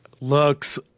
looks